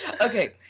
Okay